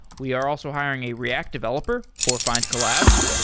we are also hiring a react developer for findcollabs,